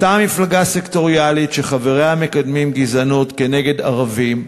אותה מפלגה סקטוריאלית שחבריה מקדמים גזענות נגד ערבים,